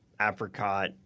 apricot